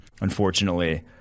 unfortunately